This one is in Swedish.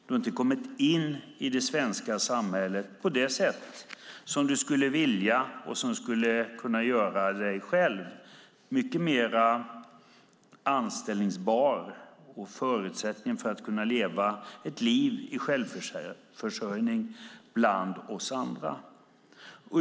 Du har inte kommit in i det svenska samhället på det sätt som du skulle vilja och som skulle kunna göra dig mycket mer anställningsbar och kunna ge dig förutsättningar att bland oss andra leva ett liv i självförsörjning.